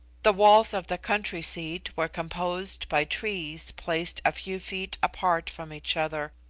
the walls of the country-seat were composed by trees placed a few feet apart from each other,